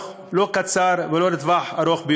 לא לטווח ארוך,